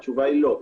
התשובה היא לא.